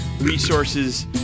resources